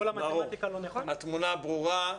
ברור, התמונה ברורה.